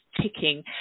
ticking